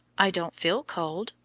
i don't feel cold,